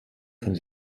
können